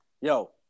yo